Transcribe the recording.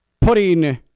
putting